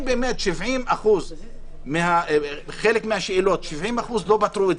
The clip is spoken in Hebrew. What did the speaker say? אם באמת חלק מהשאלות 70% לא פתרו,